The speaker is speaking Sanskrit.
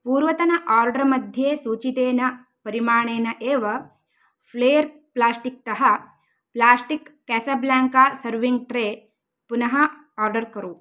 पूर्वतन आर्डर् मध्ये सूचितेन परिमाणेन एव फ़्लेर् प्लास्टिक् तः प्लास्टिक् कासब्लाङ्का सर्विङ्ग् ट्रे पुनः आर्डर् कुरु